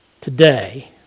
Today